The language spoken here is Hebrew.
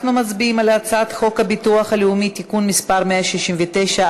אנחנו מצביעים על הצעת חוק הביטוח הלאומי (תיקון מס' 169),